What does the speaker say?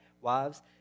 wives